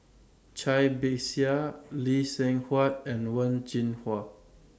Cai Bixia Lee Seng Huat and Wen Jinhua